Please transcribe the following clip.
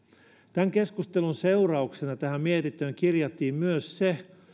tämän keskustelun seurauksena tähän mietintöön kirjattiin myös se